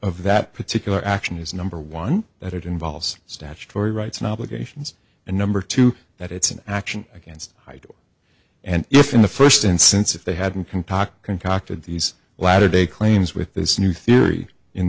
of that particular action is number one that it involves statutory rights an obligation and number two that it's an action against and if in the first instance if they hadn't contact concocted these latter day claims with this new theory in